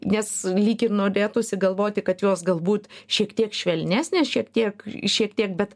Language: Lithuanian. nes lyg ir norėtųsi galvoti kad jos galbūt šiek tiek švelnesnės šiek tiek šiek tiek bet